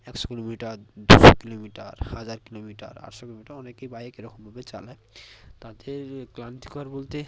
একশো কিলোমিটার দুশো কিলোমিটার হাজার কিলোমিটার আটশো কিলোমিটার অনেকে বাইক এরকমভাবে চালায় তাদের ক্লান্তিকর বলতে